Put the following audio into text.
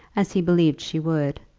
as he believed she would,